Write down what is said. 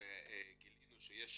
וגילינו שיש